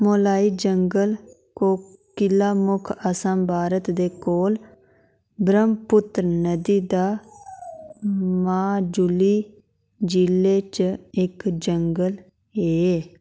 मोलाई जंगल कोकिलामुख असम भारत दे कोल ब्रह्मपुत्र नदी दा माजुली जि'ले च इक जंगल ऐ